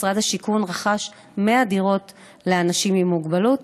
משרד השיכון רכש 100 דירות לאנשים עם מוגבלות.